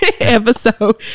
episode